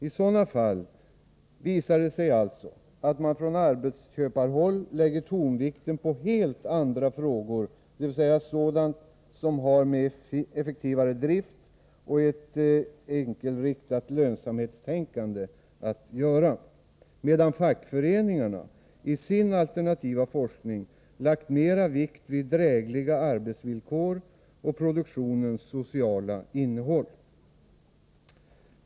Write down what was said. I sådana fall visar det sig alltså att man från arbetsköparhåll lägger tonvikten på helt andra frågor, sådant som har med effektivare drift och ett enkelriktat lönsamhetstänkande att göra, medan fackföreningarna i sin alternativa forskning lagt mera vikt vid drägliga arbetsvillkor och produktionens sociala innehåll.